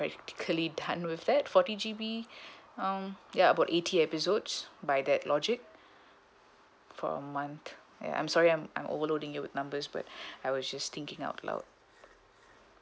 practically done with that forty G_B um ya about eighty episodes by that logic for a month and I'm sorry I'm I'm overloading you with numbers but I was just thinking out loud